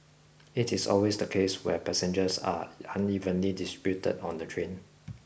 it is always the case where passengers are unevenly distributed on the train